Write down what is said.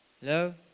Hello